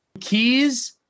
keys